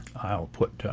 i'll put